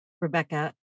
Rebecca